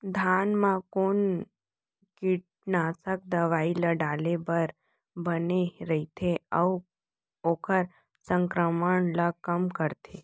धान म कोन कीटनाशक दवई ल डाले बर बने रइथे, अऊ ओखर संक्रमण ल कम करथें?